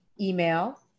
email